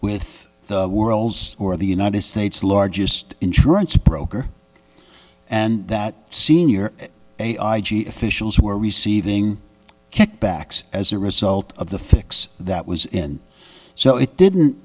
with worlds or the united states largest insurance broker and that senior officials who are receiving kickbacks as a result of the fix that was in so it didn't